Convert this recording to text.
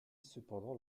cependant